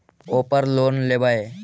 ओरापर लोन लेवै?